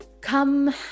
come